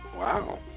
Wow